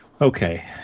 Okay